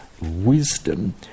wisdom